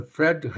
Fred